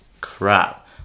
crap